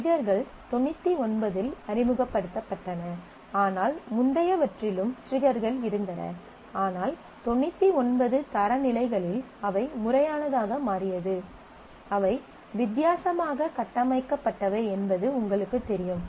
ட்ரிகர்கள் 99 இல் அறிமுகப்படுத்தப்பட்டன ஆனால் முந்தையவற்றிலும் ட்ரிகர்கள் இருந்தன ஆனால் 99 தரநிலைகளில் அவை முறையானதாக மாறியது அவை வித்தியாசமாக கட்டமைக்கப்பட்டவை என்பது உங்களுக்குத் தெரியும்